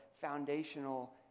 foundational